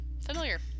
familiar